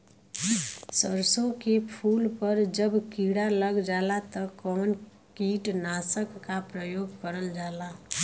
सरसो के फूल पर जब किड़ा लग जाला त कवन कीटनाशक क प्रयोग करल जाला?